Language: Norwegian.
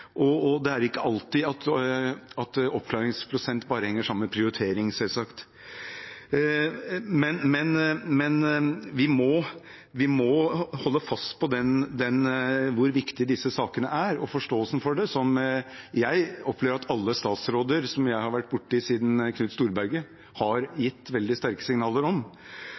og det er ikke alltid slik at oppklaringsprosent bare henger sammen med prioritering. Men vi må holde fast ved forståelsen av hvor viktig disse sakene er, noe jeg opplever at alle statsråder som jeg har vært borti siden Knut Storberget, har gitt veldig sterke signaler om.